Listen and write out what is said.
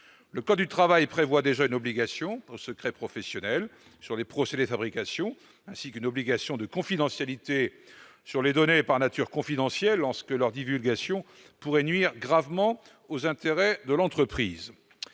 Le code du travail prévoit déjà un assujettissement au secret professionnel sur les procédés de fabrication, ainsi qu'une obligation de confidentialité sur les données par nature confidentielles en ce que leur divulgation pourrait nuire gravement aux intérêts de l'entreprise.